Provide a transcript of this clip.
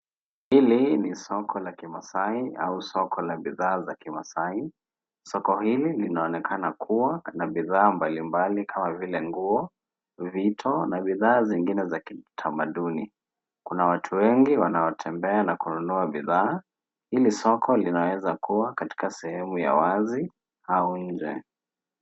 Hili ni soko la Kimasai, au soko la bidhaa za Kimasai. Soko hili linaonekana kuwa na bidhaa mbalimbali kama vile nguo, vito, na bidhaa zingine za kitamaduni. Kuna watu wengi wanaotembea na kununua bidhaa. Hili soko linaweza kuwa katika sehemu ya wazi au nje.